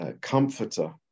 comforter